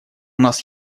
нас